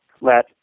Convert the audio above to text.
let